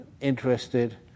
interested